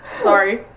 Sorry